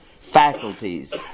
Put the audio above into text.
faculties